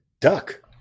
Duck